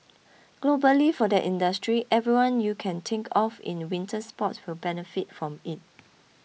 globally for that industry everyone you can think of in winter sports will benefit from it